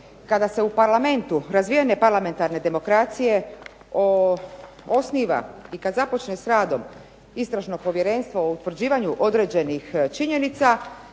Kada se u parlamentu razvijene parlamentarne demokracije osniva i kada započne s radom istražno povjerenstvo o utvrđivanju određenih činjenica